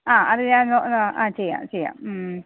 ആ അതു ഞാൻ ആ ചെയ്യാം ചെയ്യാം മ്മ്